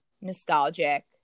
nostalgic